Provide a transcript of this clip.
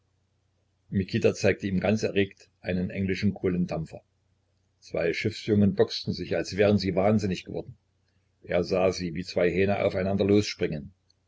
mikita zeigte ihm ganz erregt einen englischen kohlendampfer zwei schiffsjungen boxten sich als wären sie wahnsinnig geworden er sah sie wie zwei hähne aufeinander losspringen